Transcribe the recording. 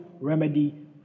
Remedy